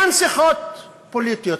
אין שיחות פוליטית,